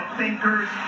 thinkers